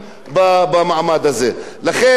לא היה פלא בכך שהממשלה הזו,